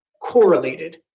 correlated